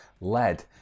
led